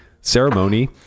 ceremony